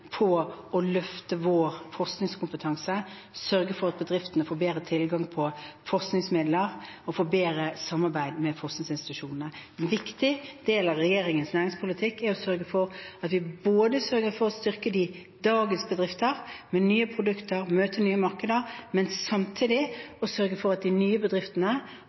på å løfte vår forskningskompetanse, sørge for at bedriftene får bedre tilgang på forskningsmidler og får bedre samarbeid med forskningsinstitusjonene. En viktig del av regjeringens næringspolitikk er å sørge for at vi styrker dagens bedrifter med nye produkter, at de møter nye markeder, men samtidig å sørge for at de nye bedriftene